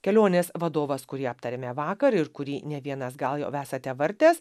kelionės vadovas kurį aptarėme vakar ir kurį ne vienas gal jau esate vartęs